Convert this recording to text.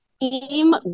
Team